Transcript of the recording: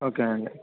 okay అండి